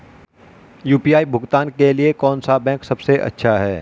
UPI भुगतान के लिए कौन सा बैंक सबसे अच्छा है?